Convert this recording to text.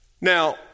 Now